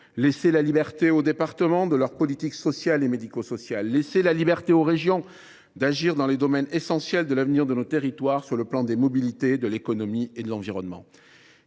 laissez la liberté aux départements de leur politique sociale et médico sociale ; laissez la liberté aux régions d’agir dans les domaines essentiels pour l’avenir de nos territoires sur le plan des mobilités, de l’économie ou de l’environnement.